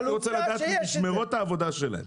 הייתי רוצה לדעת את משמרות העבודה שלהם.